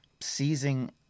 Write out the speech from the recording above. seizing